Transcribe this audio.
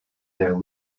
their